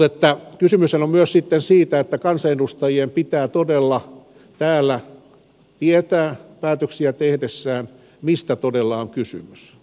mutta kysymyshän on myös sitten siitä että kansanedustajien pitää todella täällä tietää päätöksiä tehdessään mistä todella on kysymys